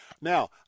Now